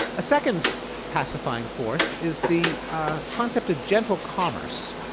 a second pacifying force is the concept of gentle commerce.